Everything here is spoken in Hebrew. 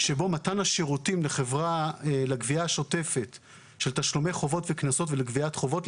שבו מתן השירותים לגבייה השוטפת של תשלומי חובות וקנסות ולגביית חובות,